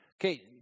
Okay